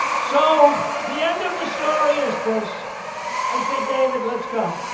so the end of the story is this i say, david, let's go.